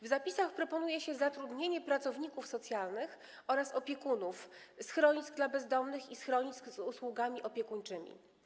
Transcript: W zapisach proponuje się zatrudnienie pracowników socjalnych oraz opiekunów schronisk dla bezdomnych i schronisk z usługami opiekuńczymi.